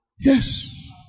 Yes